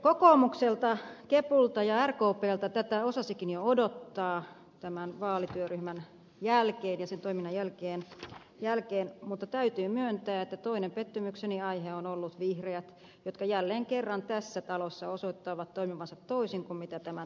kokoomukselta kepulta ja rkpltä tätä osasikin jo odottaa tämän vaalityöryhmän jälkeen ja sen toiminnan jälkeen mutta täytyy myöntää että toinen pettymykseni aihe ovat olleet vihreät jotka jälleen kerran tässä talossa osoittavat toimivansa toisin kuin tämän talon ulkopuolella